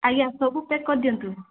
ଆଜ୍ଞା ସବୁ ପ୍ୟାକ୍ କରିଦିଅନ୍ତୁ